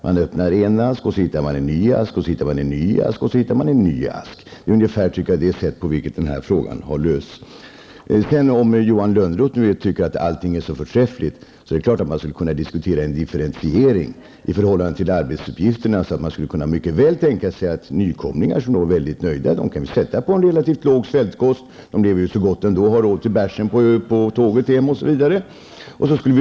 Man öppnar en ask och hittar en ny ask osv. Det är ungefär det sätt på vilket den här frågan har lösts. Om Johan Lönnroth nu tycker att allt är så förträffligt är det klart att man kan diskutera en differentiering i förhållande till arbetsuppgifterna. Man kan mycket väl tänka sig att vi kan sätta nykomlingen som är mycket nöjd på en relativt låg nivå. Han lever ju gott ändå och har råd till en bärs på tåget hem osv.